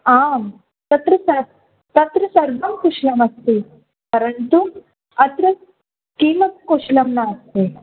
आम् तत्र स तत्र सर्वं कुशलम् अस्ति परन्तु अत्र किमपि कुशलं नास्ति